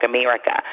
America